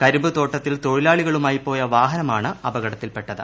കരിമ്പുതോട്ടത്തിൽ തൊഴിലാളികളുമായി പോയ വാഹനമാണ് അപകടത്തിൽപ്പെട്ടത്